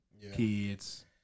Kids